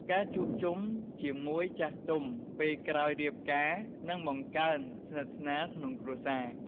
ការជួបជុំជាមួយចាស់ទុំពេលក្រោយរៀបការនឹងបង្កើនស្និទ្ធស្នាលក្នុងគ្រួសារ។